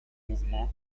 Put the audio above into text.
mouvement